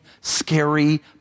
scary